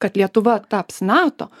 kad lietuva taps nato